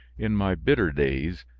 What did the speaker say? in my bitter days,